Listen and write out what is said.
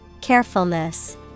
Carefulness